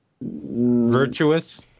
Virtuous